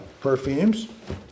perfumes